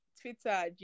Twitter